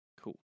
Cool